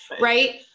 right